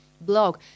blog